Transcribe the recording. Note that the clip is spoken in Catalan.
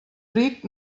ric